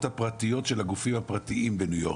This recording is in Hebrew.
הפרטיות של הגופים הפרטיים בניו יורק.